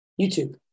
YouTube